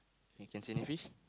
you can see any fish